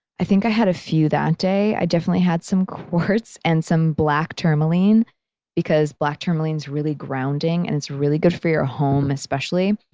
i think i had a few that day. i definitely had some quartz, and some black tourmaline because black tourmaline's really grounding and it's really good for your home especially.